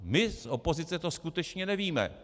My z opozice to skutečně nevíme.